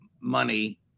money